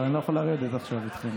אבל אני לא יכול לרדת עכשיו איתכם.